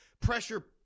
pressure